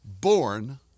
Born